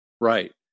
right